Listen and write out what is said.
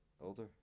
older